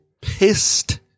pissed